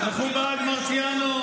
חבר הכנסת המכובד מרציאנו,